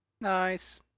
Nice